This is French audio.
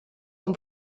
son